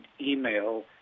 email